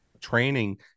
training